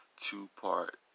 two-part